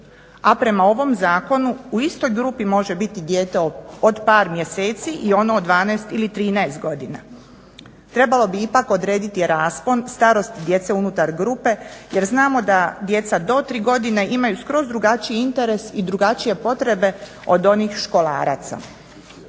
a prema ovom zakonu u istoj grupi može biti dijete od par mjeseci i ono od 12 ili 13 godina, trebalo bi ipak odrediti raspon, starost djece unutar grupe jer znamo da djeca do 3 godine imaju skroz drugačiji interes i drugačije potrebe od onih školaraca.